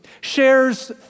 shares